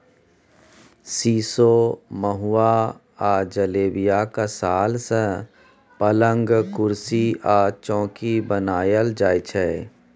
सीशो, महुआ आ जिलेबियाक साल सँ पलंग, कुरसी आ चौकी बनाएल जाइ छै